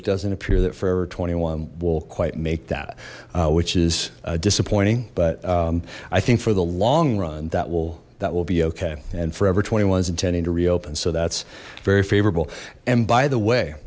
it doesn't appear that forever twenty one will quite make that which is disappointing but i think for the long run that will that will be okay and forever twenty one is intending to reopen so that's very favorable and by the way